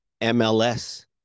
MLS